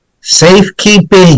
safekeeping